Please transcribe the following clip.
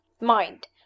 Mind